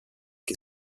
che